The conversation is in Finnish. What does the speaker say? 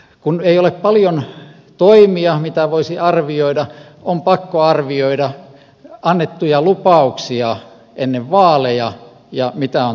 kun ei ole paljon toimia mitä voisi arvioida on pakko arvioida annettuja lupauksia ennen vaaleja ja sitä mitä on tapahtunut